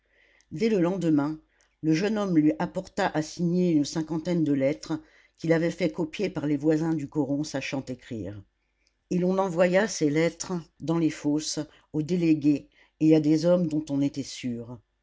dès le lendemain le jeune homme lui apporta à signer une cinquantaine de lettres qu'il avait fait copier par les voisins du coron sachant écrire et l'on envoya ces lettres dans les fosses aux délégués et à des hommes dont on était sûr